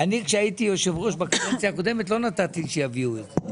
אני כשהייתי יושב ראש בכנסת הקודמת לא נתתי שיביאו את זה.